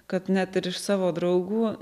kad net ir iš savo draugų